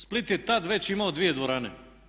Split je tad već imao dvije dvorane.